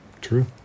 True